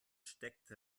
steckte